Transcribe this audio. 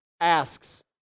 asks